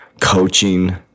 coaching